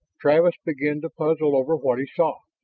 travis began to puzzle over what he saw.